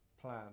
plan